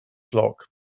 flock